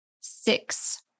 six